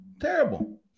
terrible